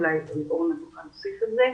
ואולי אורנה תוכל להוסיף על זה,